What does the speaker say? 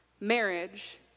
Marriage